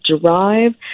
drive